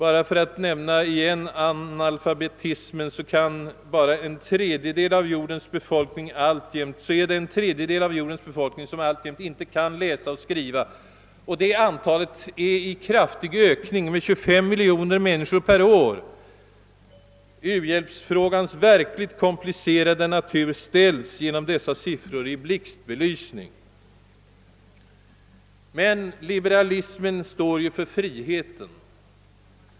Alltjämt är det en tredjedel av jordens befolkning som inte kan läsa och skriva, och det antalet ökar kraftigt — med 25 miljoner människor per år. U-hjälpsfrågans verkligt komplicerade natur ställs genom dessa siffror i blixtbelysning. Men liberalismen står ju för friheten!